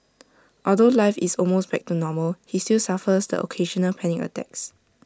although life is almost back to normal he still suffers the occasional panic attacks